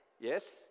Yes